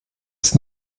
ist